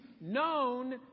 known